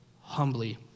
humbly